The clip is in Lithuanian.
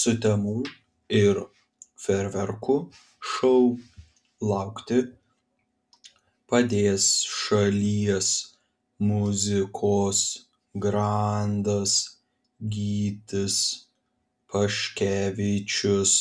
sutemų ir fejerverkų šou laukti padės šalies muzikos grandas gytis paškevičius